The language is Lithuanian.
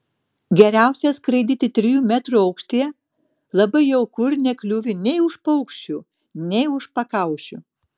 geriausia skraidyti trijų metrų aukštyje labai jauku ir nekliūvi nei už paukščių nei už pakaušių